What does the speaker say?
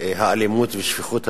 האלימות ושפיכות הדמים,